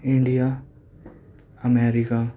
India America